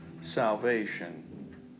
salvation